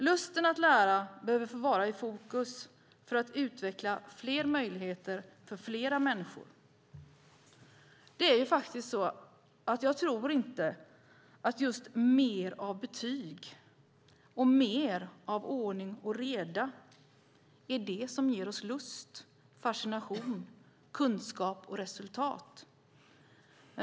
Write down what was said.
Lusten att lära behöver få vara i fokus - detta för att utveckla fler möjligheter för flera människor. Jag tror inte att just mer av betyg och mer av ordning och reda är det som ger oss lust, fascination, kunskap och resultat.